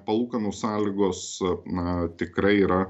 palūkanų sąlygos na tikrai yra